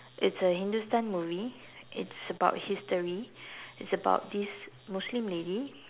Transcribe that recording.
it's a hindustan movie it's about history it's about this Muslim lady